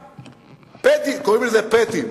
קוראים לזה "פטים".